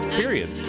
period